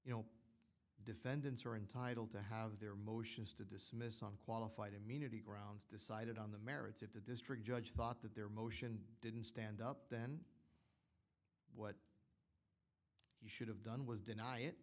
you know defendants are entitled to have their motions to dismiss on qualified immunity grounds decided on the merits if the district judge thought that their motion didn't stand up then what you should have done was deny it